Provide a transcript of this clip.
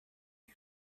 you